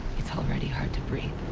it's already hard to breathe.